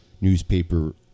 newspaper